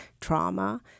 trauma